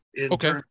Okay